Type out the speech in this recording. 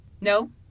No